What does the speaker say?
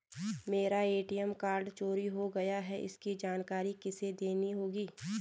मेरा ATM card चोरी हो गया है इसकी जानकारी किसे देनी होगी?